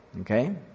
Okay